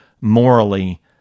morally